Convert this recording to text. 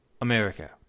America